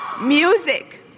music